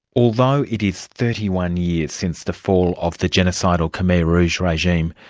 although it is thirty one years since the fall of the genocidal khmer rouge regime,